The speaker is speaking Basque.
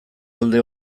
alde